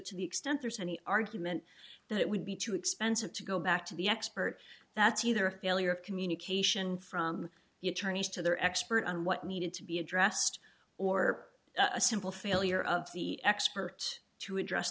to the extent there's any argument that it would be too expensive to go back to the expert that's either a failure of communication from the attorneys to their expert on what needed to be addressed or a simple failure of the experts to address